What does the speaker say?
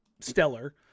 stellar